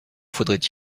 faudrait